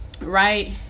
right